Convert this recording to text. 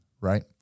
Right